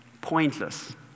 pointless